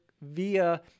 via